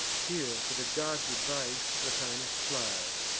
here, for the gods' advice, latinus flies,